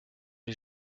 les